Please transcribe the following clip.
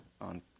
on